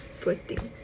poor thing